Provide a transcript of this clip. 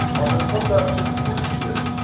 under conduct of lucius,